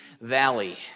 valley